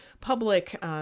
public